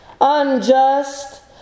unjust